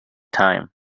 time